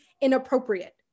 inappropriate